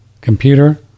computer